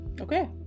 Okay